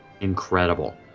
incredible